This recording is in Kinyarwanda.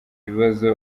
bibazo